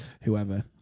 whoever